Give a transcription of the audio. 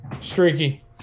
Streaky